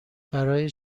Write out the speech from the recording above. برای